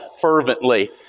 fervently